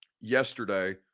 yesterday